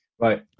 Right